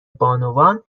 بانوان